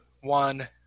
one